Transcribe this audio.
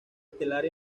estelar